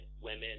women